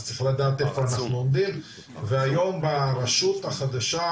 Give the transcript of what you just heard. אז צריך לדעת איפה אנחנו עומדים והיום ברשות החדשה,